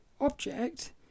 object